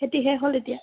খেতি শেষ হ'ল এতিয়া